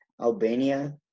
Albania